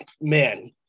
man